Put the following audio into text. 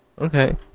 Okay